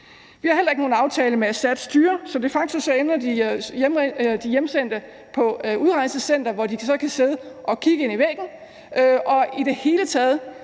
Vi har heller ikke nogen aftale med Assads styre, så de facto ender de hjemsendte på et udrejsecenter, hvor de så kan sidde og kigge ind i væggen,